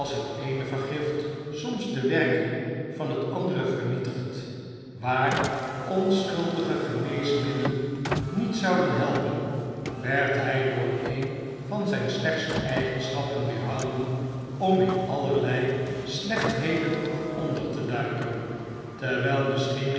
het eene vergift soms de werking van het andere vernietigt waar onschuldige geneesmiddelen niet zouden helpen werd hij door een van zijn slechtste eigenschappen weerhouden om in allerlei slechtheden onder te duiken terwijl misschien